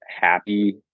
happy